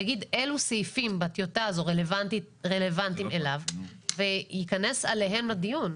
יגיד אילו סעיפים בטיוטה הזאת רלוונטיים אליו וייכנס אליהם לדיון.